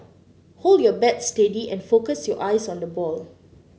hold your bat steady and focus your eyes on the ball